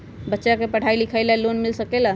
बच्चा के पढ़ाई लिखाई ला भी लोन मिल सकेला?